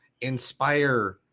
inspire